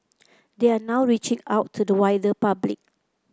they are now reaching out to the wider public